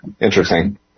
interesting